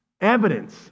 evidence